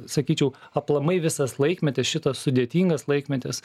sakyčiau aplamai visas laikmetis šitas sudėtingas laikmetis